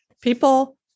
people